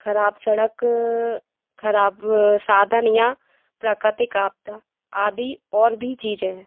खराब सड़क खराब साधन या प्राकृतिक आपदा आदि और भी चीज़ें हैं